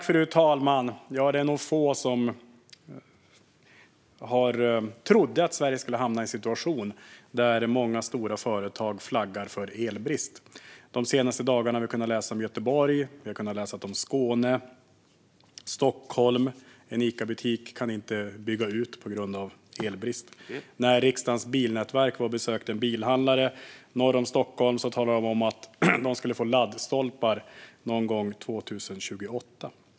Fru talman! Det var nog få som trodde att Sverige skulle hamna i en situation där många stora företag flaggar för elbrist. De senaste dagarna har vi kunnat läsa om elbrist i Göteborg, i Skåne och i Stockholm, där en Icabutik inte kan byggas ut på grund av elbrist. Och när riksdagens bilnätverk besökte en bilhandlare norr om Stockholm talade de om att de ska få laddstolpar någon gång under 2028.